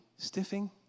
stiffing